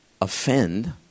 offend